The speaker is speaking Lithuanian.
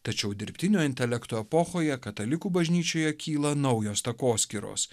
tačiau dirbtinio intelekto epochoje katalikų bažnyčioje kyla naujos takoskyros